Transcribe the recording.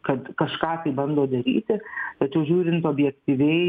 kad kažką tai bando daryti tačiau žiūrint objektyviai